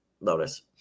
Lotus